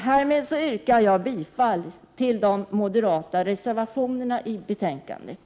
Härmed yrkar jag bifall till de moderata reservationerna i betänkandet.